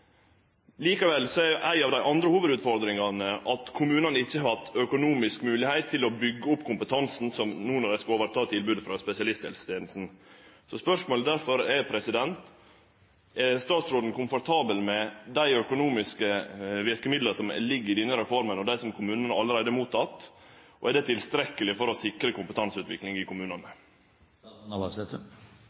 Likevel er ei av dei andre hovudutfordringane at kommunane ikkje har hatt økonomisk moglegheit til å byggje opp kompetansen, som no når dei skal overta tilbodet frå spesialisthelsetenesta. Spørsmålet er derfor: Er statsråden komfortabel med dei økonomiske verkemidla som ligg i denne reforma, og dei som kommunane allereie har motteke, og er det tilstrekkeleg for å sikre kompetanseutvikling i kommunane?